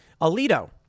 Alito